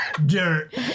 Dirt